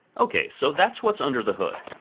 okay, so that's what's under the hood.